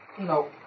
No